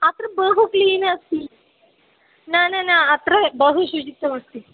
अत्र बहु क्लीन् अस्ति न न न अत्र बहु शुचित्वमस्ति